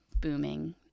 booming